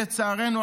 לצערנו,